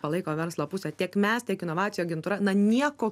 palaiko verslo pusę tiek mes tiek inovacijų agentūra na nieko